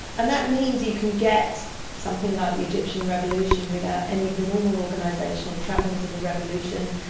and that means you can get something like the egyptian revolution without any of the normal organisational trappings of a revolution,